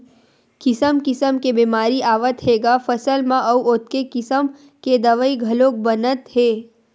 किसम किसम के बेमारी आवत हे ग फसल म अउ ओतके किसम के दवई घलोक बनत हे